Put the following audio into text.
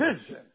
vision